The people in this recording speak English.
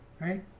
Right